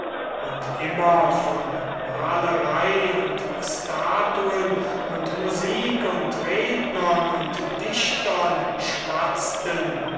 und immer von malerei und statuen und musik und rednern und dichtern schwatzten